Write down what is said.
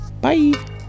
Bye